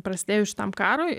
prasidėjus šitam karui